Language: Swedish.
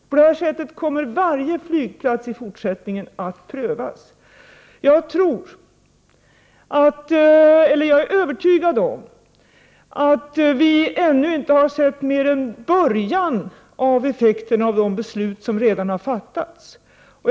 På det här sättet kommer varje flygplats i 125 fortsättningen att prövas. Jag är övertygad om att vi ännu inte har sett mer än början av effekten av de beslut som redan har fattats.